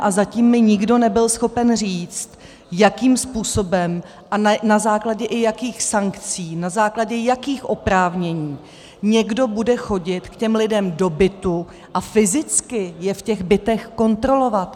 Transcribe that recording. A zatím mi nikdo nebyl schopen říct, jakým způsobem a na základě jakých sankcí, na základě jakých oprávnění někdo bude chodit k těm lidem do bytu a fyzicky je v těch bytech kontrolovat.